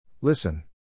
Listen